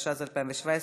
התשע"ז 2017,